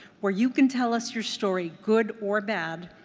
where you can tell us your story, good or bad,